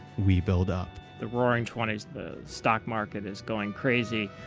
we build up. the roaring twenty s, the stock market is going crazy.